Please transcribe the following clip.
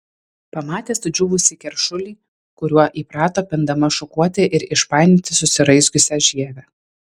pamatė sudžiūvusį keršulį kuriuo įprato pindama šukuoti ir išpainioti susiraizgiusią žievę